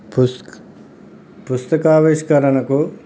పుస్తక ఆవిష్కరణకు